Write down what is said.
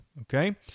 Okay